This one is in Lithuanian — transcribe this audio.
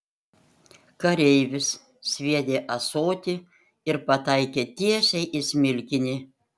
kareivis sviedė ąsotį ir pataikė tiesiai į smilkinį